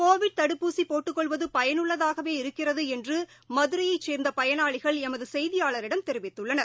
Covid தடுப்பூசிபோட்டுக்கொள்வதுபயனுள்ளதாகவே இருக்கிறதுஎன்றுமதுரையைசேர்ந்தபயனாளிகள் எமதுசெய்தியாளரிடம் தெரிவித்துள்ளனர்